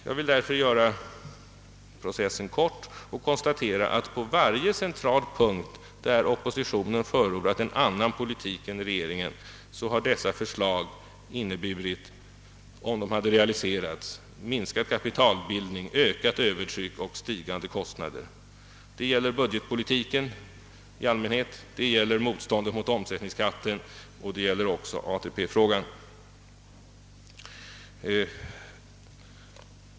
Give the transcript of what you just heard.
Jag vill göra processen kort och konstatera att på varje central punkt, där oppositionen förordat en annan politik än regeringen, har förslagen — om de hade realiserats — inneburit minskad kapitalbildning, ökat övertryck och stigande kostnader. Det gäller budgetpolitiken i allmänhet, det gäller motstånd mot omsättningsskatten och det gäller också ATP-frågan.